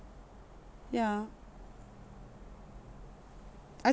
yeah I